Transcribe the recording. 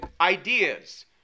ideas